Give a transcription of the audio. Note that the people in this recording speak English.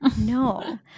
No